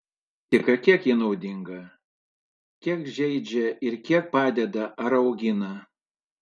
o kritika kiek ji naudinga kiek žeidžia ir kiek padeda ar augina